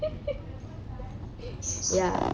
ya